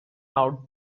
out